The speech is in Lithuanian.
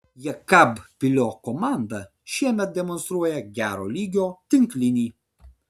jekabpilio komanda šiemet demonstruoja gero lygio tinklinį